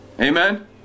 Amen